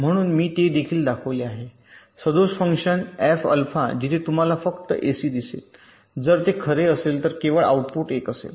म्हणून मी ते देखील दाखवले आहे सदोष फंक्शन एफ अल्फा जिथे तुम्हाला फक्त एसी दिसेल जर ते खरे असेल तर केवळ आउटपुट १ असेल